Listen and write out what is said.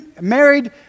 married